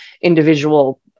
individual